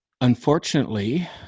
Unfortunately